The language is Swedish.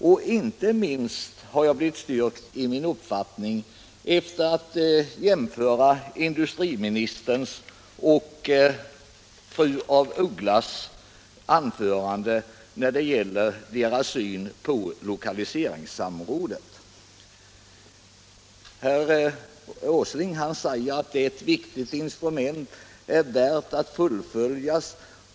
Jag har blivit styrkt i min uppfattning efter att ha jämfört industriministerns och fru af Ugglas syn på lokalise 99 Enligt herr Åsling är det ett viktigt instrument, värt att fullföljas.